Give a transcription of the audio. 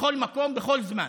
בכל מקום, בכל זמן,